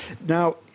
Now